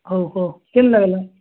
ହଉ କୁହ କେମିତି ଲାଗିଲା